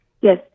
Yes